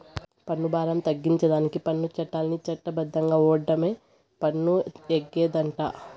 పన్ను బారం తగ్గించేదానికి పన్ను చట్టాల్ని చట్ట బద్ధంగా ఓండమే పన్ను ఎగేతంటే